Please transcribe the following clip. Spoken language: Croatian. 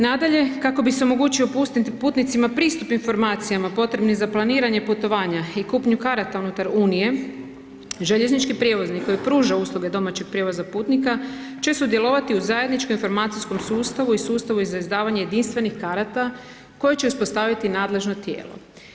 Nadalje, kako bi se omogućio putnicima pristup informacijama potrebnih za planiranje putovanja i kupnju karta unutar Unije, željeznički prijevoznik koji pruža usluge domaćeg prijevoza putnika će sudjelovati u zajedničkom informacijskom sustavu i sustavu za izdavanje jedinstvenih karata koje će uspostaviti nadležno tijelo.